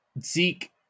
Zeke